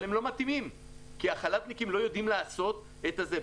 אבל הם לא מתאימים כי החל"תנקים לא יודעים לעשות את זה.